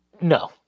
No